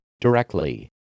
Directly